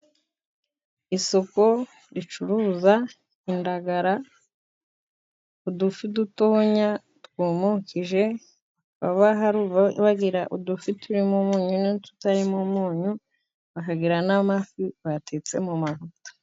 Isoko ricuruza indagara, udufi dutoya twumukije. Bagira udufi turimo umunyu n'ututarimo umunyu, bakagira n'amafi batetse mu mavuta.